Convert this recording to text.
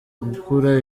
gukura